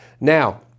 Now